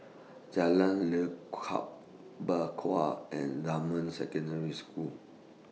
Jalan Lekub Bakau and Dunman Secondary School